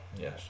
Yes